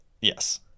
Yes